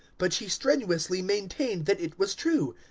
but she strenuously maintained that it was true.